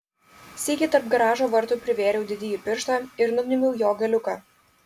sykį tarp garažo vartų privėriau didįjį pirštą ir nugnybiau jo galiuką